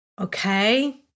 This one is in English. okay